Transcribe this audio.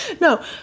no